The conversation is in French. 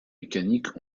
mécaniques